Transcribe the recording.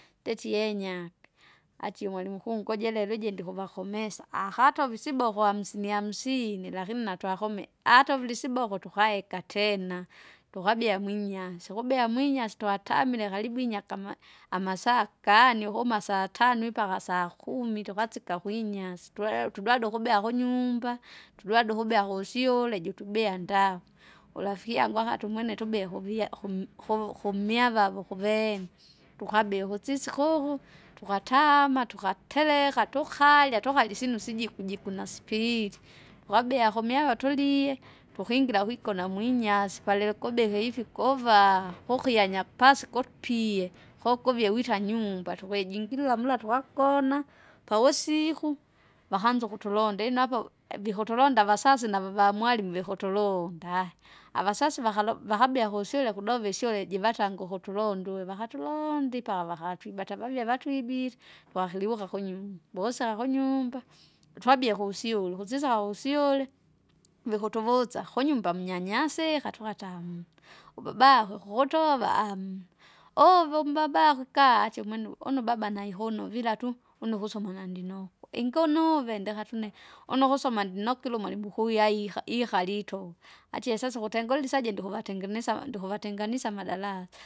Ndetienyaka, atie umwalimu mkuu ngojele lije ndikuvakomesa ahata uvisibo kwahamsini hamsini lakini natwakome, atauvili isiboko tukaheka tena tukabia mwinyase ukubea mwinyase twatamile karibu inyaka ama- amasa kani ukuma satano ipaka sakumi tukasika kwinyasi tule- tudwade ukubea kunyumba, tudwade ukubea kusyule jitubea ndavu, urafiki yangu akati umwene tubea kuvya kum- kuv- kumyavavo kuvema tukabie ukusisi kuhu tukataama tukatereka tukarya tukarya isyinu sijikujikuna spiili. Tukabia kumyavo tulie tukingira wigona mwinyasi pali likobehe hivyo, koovaa kukyanya pasikopie kokovie wita nyung'umba tukwijingilila mula tukakona pavusiku vakaanza ukutulonda inoapa, avitulonda avasasi navava mwalimu vikutulonda aya. Avasasi vakalo- vakabia kusyule kudova isyule jivatange ukutulonda uve vakalondi ipa vakatwibata vavia vatwibite, twakilivuka kunyumba, vosasaka kunyumba, utwabie kusyule ukusi sawa wusyule, vikutu vosa kunyumba mnyanyasika tukata amuna. Uvebako kukutova amuna uve umbabako kaa achiumwene une ubaba naihono iviratu, une ukusoma nandinokwa ingunuve ndikati une, une ukusoma ndinokiluma umwali mkuu yaiha ihali itove, atie sasa ukutengule isaje ndikuvatengenesa ndikuvatenganisya amadarasa.